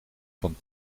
van